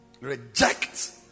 Reject